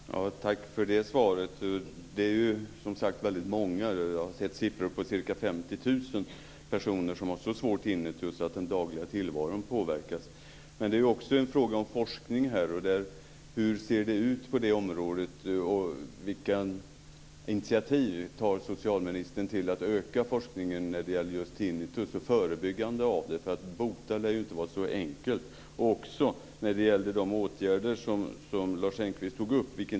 Fru talman! Tack för det svaret. Det är som sagt väldigt många - jag har sett siffror på ca 50 000 personer - som har så svår tinnitus att den dagliga tillvaron påverkas. Detta är också en fråga om forskning. Hur ser det ut på det området? Vilka initiativ tar socialministern till att öka forskningen när det gäller just tinnitus och förebyggande av det? Att bota lär ju inte vara så enkelt. Vilken tidsplan finns det för de åtgärder som Lars Engqvist tog upp?